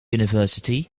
university